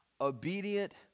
obedient